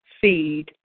feed